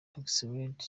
oxlade